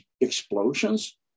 explosions